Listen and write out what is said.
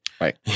Right